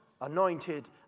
anointed